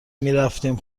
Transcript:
میرفتیم